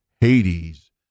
Hades